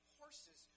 horses